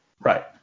Right